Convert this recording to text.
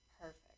Perfect